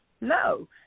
No